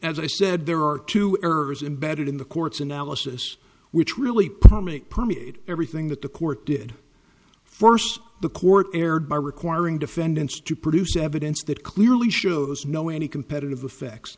as i said there are two errors embedded in the court's analysis which really permeate everything that the court did force the court erred by requiring defendants to produce evidence that clearly shows no any competitive effects